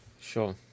sure